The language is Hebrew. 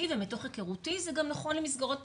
ומתוך היכרותי זה גם נכון למסגרות פרטיות.